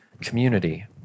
community